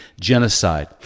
genocide